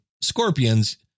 Scorpions